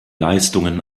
leistungen